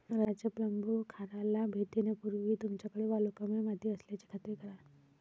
राजू प्लंबूखाराला भेट देण्यापूर्वी तुमच्याकडे वालुकामय माती असल्याची खात्री करा